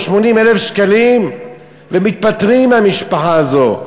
או 80,000 שקלים ונפטרים מהמשפחה הזאת.